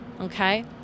okay